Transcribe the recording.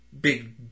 big